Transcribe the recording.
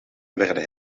werden